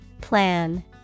Plan